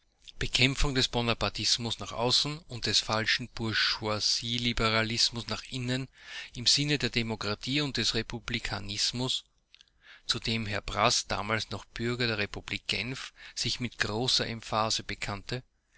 bekämpfung des bonapartismus nach außen und des falschen bourgeoisliberalismus nach innen im sinne der demokratie und des republikanismus zu dem herr braß damals noch bürger der republik genf sich mit großer emphase bekannte